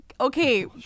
Okay